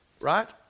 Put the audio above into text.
Right